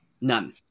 None